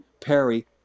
Perry